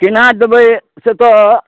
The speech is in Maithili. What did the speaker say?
केना देबै से तऽ